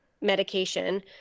medication